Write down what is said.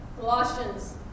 Colossians